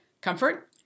comfort